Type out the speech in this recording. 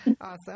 Awesome